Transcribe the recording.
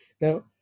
Now